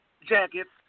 jackets